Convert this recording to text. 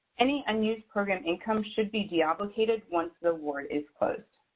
any unused program income should be deobligated once the award is closed.